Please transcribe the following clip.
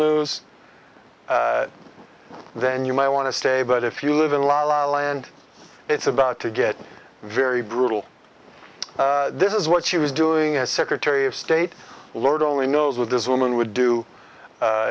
news then you might want to stay but if you live in la la land it's about to get very brutal this is what she was doing as secretary of state lord only knows what this woman would do